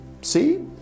see